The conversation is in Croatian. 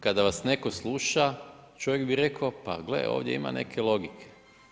Kada vas netko sluša, čovjek bi rekao, pa gle, ovdje ima neke logike.